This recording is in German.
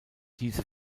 diese